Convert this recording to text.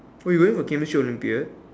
oh you going for Chemistry Olympiad